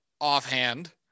offhand